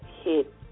hit